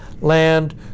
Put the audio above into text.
land